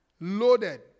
loaded